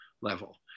level